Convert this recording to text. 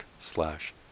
slash